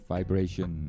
Vibration